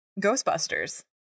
ghostbusters